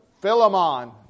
Philemon